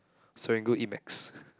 Serangoon eat Macs